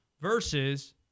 versus